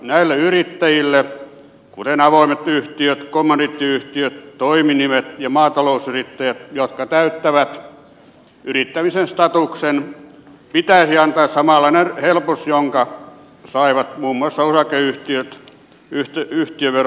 näille yrittäjille kuten avoimille yhtiöille kommandiittiyhtiöille toiminimille ja maatalousyrittäjille niille jotka täyttävät yrittämisen statuksen pitäisi antaa samanlainen helpotus kuin minkä saivat muun muassa osakeyhtiöt yhtiöverouudistuksessa